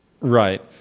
Right